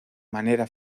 manera